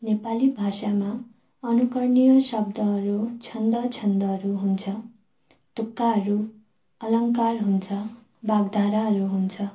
नेपाली भाषामा अनुकरणीय शब्दहरू छन्द छन्दहरू हुन्छ तुक्काहरू अलङ्कार हुन्छ वाग्धाराहरू हुन्छ